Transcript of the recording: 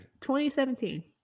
2017